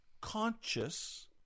conscious